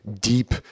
deep